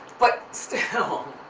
but still.